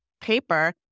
paper